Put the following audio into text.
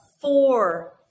four